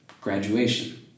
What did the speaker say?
Graduation